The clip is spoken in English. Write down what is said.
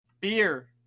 Beer